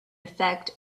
effect